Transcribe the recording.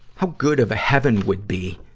how good of a heaven would be,